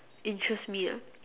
interest me ah